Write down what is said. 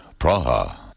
Praha